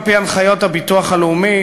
על-פי הנחיות הביטוח הלאומי,